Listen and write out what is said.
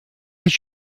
did